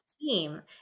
team